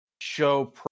show